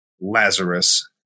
Lazarus